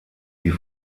die